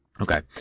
okay